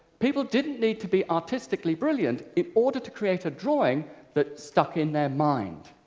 people didn't need to be artistically brilliant in order to create a drawing that stuck in their mind.